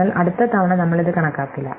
അതിനാൽ അടുത്ത തവണ നമ്മൾ ഇത് കണക്കാക്കില്ല